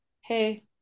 Hey